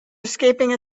escaping